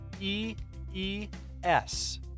e-e-s